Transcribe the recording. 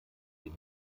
die